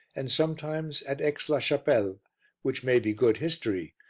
and sometimes at aix-la-chapelle which may be good history,